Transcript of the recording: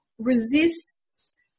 resists